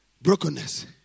Brokenness